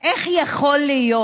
איך יכול להיות